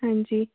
ਹਾਂਜੀ